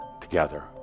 together